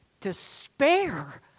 despair